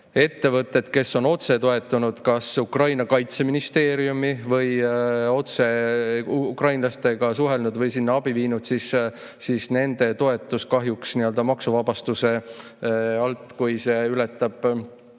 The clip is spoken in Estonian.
ettevõtteid on otse toetanud kas Ukraina kaitseministeeriumi või otse ukrainlastega suhelnud või sinna abi viinud ja nende toetus kahjuks maksuvabastuse alla ei lähe.